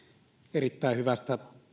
erittäin hyvästä